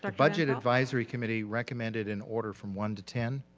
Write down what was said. like budget advisory committee recommended an order from one to ten.